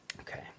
okay